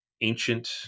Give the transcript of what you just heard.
ancient